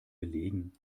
belegen